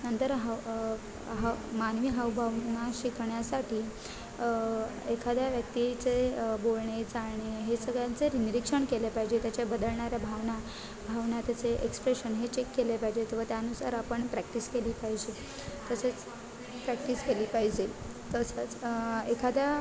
नंतर हाव हाव मानवी भावभावना शिकण्यासाठी एखाद्या व्यक्तीचे बोलणे चालणे हे सगळ्यांचे निरीक्षण केले पाहिजे त्याच्या बदलणाऱ्या भावना भावना त्याचे एक्सप्रेशन हे चेक केले पाहिजेत व त्यानुसार आपण प्रॅक्टिस केली पाहिजे तसेच प्रॅक्टिस केली पाहिजे तसंच एखाद्या